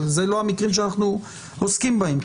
אבל אלה לא המקרים שאנחנו עוסקים בהם.